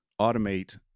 automate